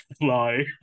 fly